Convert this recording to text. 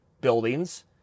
buildings